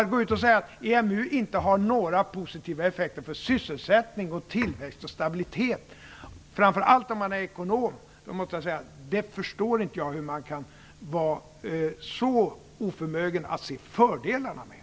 Men jag förstår inte hur man kan vara så oförmögen att se fördelarna att man går ut och säger att EMU inte har några positiva effekter för sysselsättning och tillväxt och stabilitet - framför allt inte när man är ekonom.